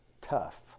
tough